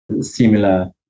similar